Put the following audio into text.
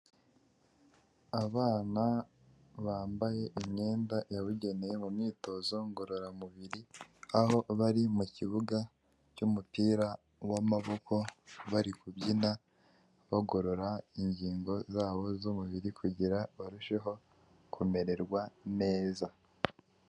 Abana bambaye imyenda yabugenewe mu myitozo ngororamubiri, aho bari mu kibuga cy'umupira w'amaboko bari kubyina bagorora ingingo zabo z'umubiri, kugira barusheho kumererwa neza.